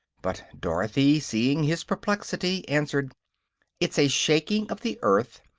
but dorothy, seeing his perplexity, answered it's a shaking of the earth.